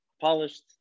polished